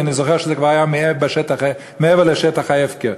זה כבר היה מעבר לשטח ההפקר,